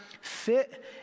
fit